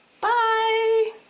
Bye